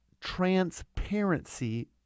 transparency